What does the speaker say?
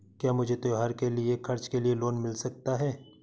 क्या मुझे त्योहार के खर्च के लिए लोन मिल सकता है?